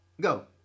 Go